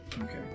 Okay